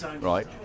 right